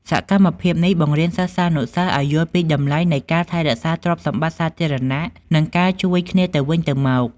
សកម្មភាពនេះបង្រៀនសិស្សានុសិស្សឱ្យយល់ពីតម្លៃនៃការថែរក្សាទ្រព្យសម្បត្តិសាធារណៈ និងការជួយគ្នាទៅវិញទៅមក។